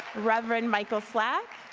reverend michael flack,